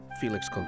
Felix